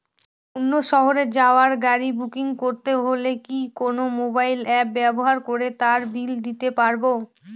অন্য শহরে যাওয়ার গাড়ী বুকিং করতে হলে কি কোনো মোবাইল অ্যাপ ব্যবহার করে তার বিল দিতে পারব?